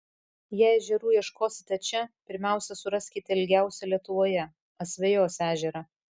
jei ežerų ieškosite čia pirmiausia suraskite ilgiausią lietuvoje asvejos ežerą